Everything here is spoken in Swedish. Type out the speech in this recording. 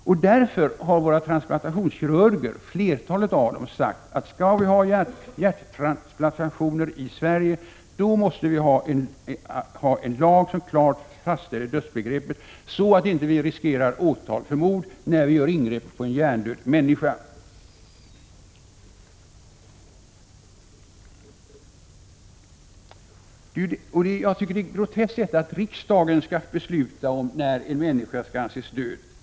Därför har flertalet av våra transplantationskirurger sagt att om vi skall genomföra hjärttransplantationer i Sverige måste vi ha en lag som klart faställer dödsbegreppet, så att vi inte riskerar åtal för mord när vi gör ingrepp på en hjärndöd människa. Jag tycker att det är groteskt att riksdagen skall besluta om när en människa skall anses vara död.